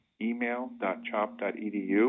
email.chop.edu